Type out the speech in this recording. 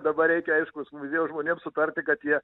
dabar reikia aiškus mudviem žmonėms sutarti kad jie